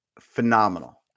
phenomenal